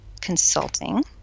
consulting